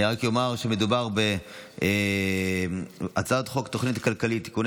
אני רק אמר שמדובר בהצעת חוק התוכנית הכלכלית (תיקוני